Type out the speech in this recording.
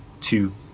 two